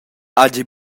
hagi